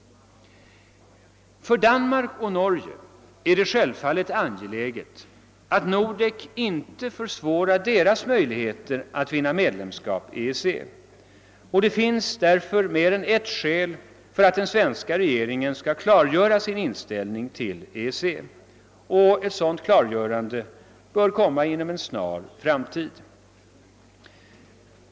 För Danmark och Norge är det självfallet angeläget att Nordek inte försvårar deras möjligheter att vinna medlemskap i EEC, och det finns därför mer än ett skäl för att den svenska regeringen skall klargöra sin inställning till EEC. Ett sådant klargörande bör komma inom en snar framtid.